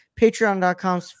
patreon.com